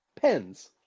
Pens